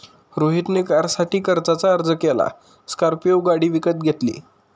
रोहित ने कारसाठी कर्जाचा अर्ज केला व स्कॉर्पियो गाडी विकत घेतली